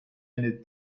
eine